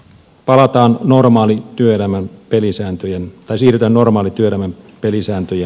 siirrytään normaalien työelämän pelisääntöjen piiriin